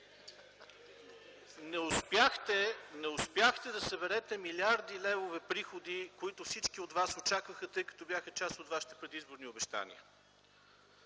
Не успяхте да съберете милиарди левове приходи, които всички от вас очакваха, тъй като бяха част от вашите предизборни обещания.